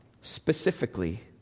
specifically